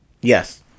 Yes